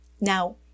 Now